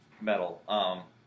metal